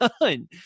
done